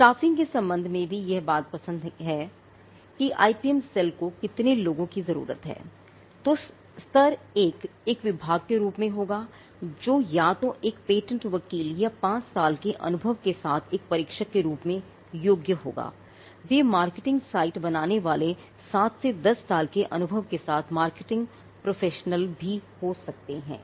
staffing हो सकते हैं